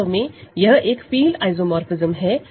वास्तव में यह एक फील्ड आइसोमोरफ़िज्म है